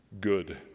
good